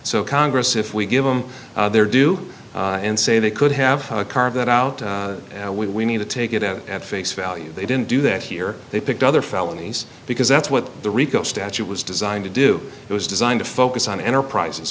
so congress if we give them their due and say they could have a car that out and we need to take it out at face value they didn't do that here they picked other felonies because that's what the rico statute was designed to do it was designed to focus on enterprises